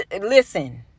Listen